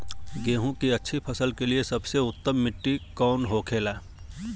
गेहूँ की अच्छी फसल के लिए सबसे उत्तम मिट्टी कौन होखे ला?